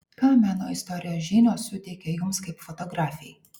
ką meno istorijos žinios suteikia jums kaip fotografei